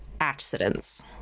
accidents